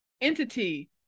entity